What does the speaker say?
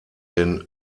den